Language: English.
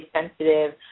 sensitive